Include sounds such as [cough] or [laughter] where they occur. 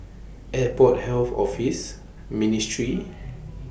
Airport Health Office Ministry [noise]